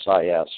SIS